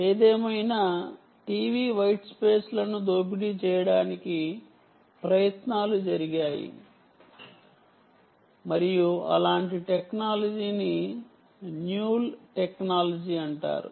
ఏదేమైనా TV white స్పేస్లను దోపిడీ చేయడానికి ప్రయత్నాలు జరిగాయి మరియు అలాంటి టెక్నాలజీని న్యూల్ టెక్నాలజీ అంటారు